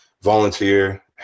volunteer